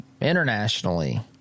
internationally